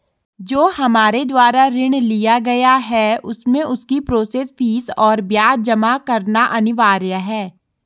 जो हमारे द्वारा ऋण लिया गया है उसमें उसकी प्रोसेस फीस और ब्याज जमा करना अनिवार्य है?